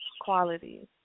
Qualities